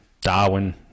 Darwin